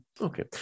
Okay